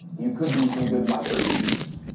you could do some good micro business